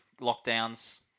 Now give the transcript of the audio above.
lockdowns